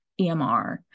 EMR